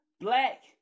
black